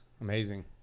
Amazing